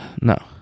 no